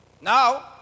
Now